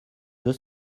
deux